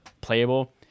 playable